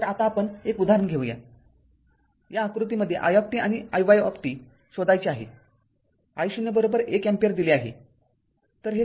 तर आता आपण १ उदाहरण घेऊ या आकृतीमध्ये i आणि iy शोधायचे आहे I0१ अँपिअर दिले आहे